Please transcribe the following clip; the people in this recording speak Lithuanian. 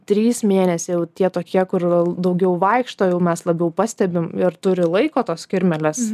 trys mėnesiai jau tie tokie kur yra daugiau vaikšto jau mes labiau pastebim ir turi laiko tos kirmėlės